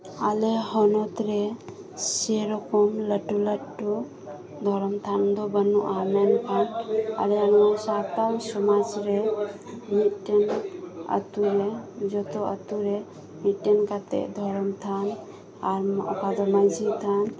ᱟᱞᱮ ᱦᱚᱱᱚᱛ ᱨᱮ ᱥᱮ ᱨᱚᱠᱚᱢ ᱞᱟ ᱴᱩ ᱞᱟᱹᱴᱩ ᱫᱷᱚᱨᱚᱢ ᱛᱷᱟᱱ ᱫᱚ ᱵᱟᱱᱩᱜᱼᱟ ᱢᱮᱱᱠᱷᱟᱱ ᱟᱞᱮᱭᱟᱜ ᱱᱚᱣᱟ ᱥᱟᱱᱛᱟᱞ ᱥᱚᱢᱟᱡᱽ ᱨᱮ ᱢᱤᱫᱴᱮᱱ ᱟᱛᱩᱳᱨᱮ ᱡᱚᱛᱚ ᱟᱛᱳᱨᱮ ᱢᱤᱫᱴᱮᱱ ᱠᱟᱛᱮᱫ ᱫᱷᱚᱨᱚᱢ ᱛᱷᱟᱱ ᱟᱨ ᱚᱠᱟ ᱫᱚ ᱢᱟᱺᱡᱷᱤ ᱛᱷᱟᱱ